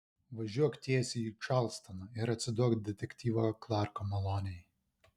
važiuok tiesiai į čarlstoną ir atsiduok detektyvo klarko malonei